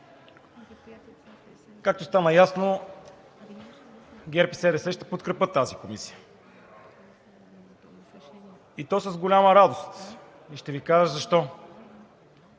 Както стана ясно, ГЕРБ-СДС ще подкрепят тази комисия, и то с голяма радост. И ще Ви кажа защо.